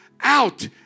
out